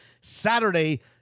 Saturday